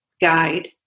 guide